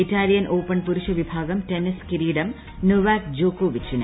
Italian Open പുരുഷവിഭാഗം tennis കിരീടം Novak ജോക്കോവിച്ചിന്